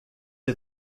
are